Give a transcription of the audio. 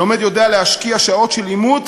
הלומד יודע להשקיע שעות של לימוד